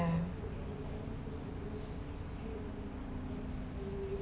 ya